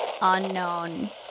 unknown